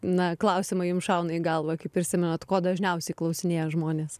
na klausimai jums šauna į galvą kai prisimenat ko dažniausiai klausinėja žmonės